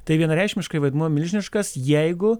tai vienareikšmiškai vaidmuo milžiniškas jeigu